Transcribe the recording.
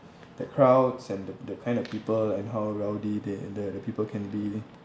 that crowds and the the kind of people and how rowdy they the people can be